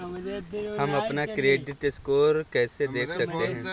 हम अपना credit score कैसे देख सकते हैं?